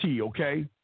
okay